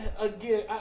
Again